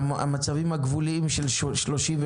המצבים הגבוליים של 3%,